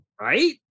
right